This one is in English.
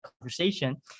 Conversation